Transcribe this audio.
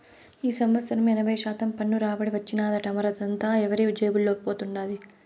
ఈ సంవత్సరం ఎనభై శాతం పన్ను రాబడి వచ్చినాదట, మరదంతా ఎవరి జేబుల్లోకి పోతండాది